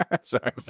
Sorry